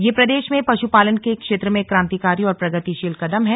यह प्रदेश में पशुपालन के क्षेत्र में क्रान्तिकारी और प्रगतिशील कदम है